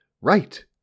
Right